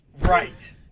Right